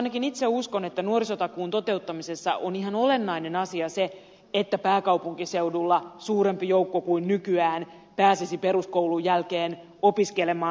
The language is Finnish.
ainakin itse uskon että nuorisotakuun toteuttamisessa on ihan olennainen asia se että pääkaupunkiseudulla suurempi joukko kuin nykyään pääsisi peruskoulun jälkeen opiskelemaan